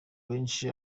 benshi